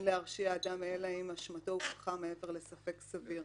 להרשיע אדם אלא אם אשמתו הוכחה מעבר לספק סביר,